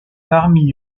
parmi